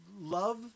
love